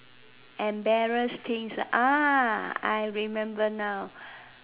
embarrassing ah I remember now